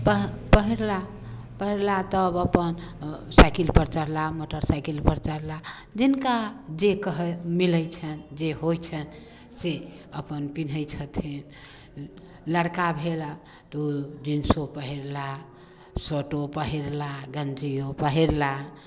पऽ पहिरलाह पहिरलाह तब अपन अऽ साइकिल पर चढ़लाह मोटरसाइकिल पर चढ़लाह जिनका जे कहऽ मिलै छनि जे होइ छनि से अपन पिहनै छथिन लड़का भेला तऽ ओ जिंसो पहिरलाह शर्टो पहिरलाह गन्जियो पहिरलाह